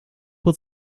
will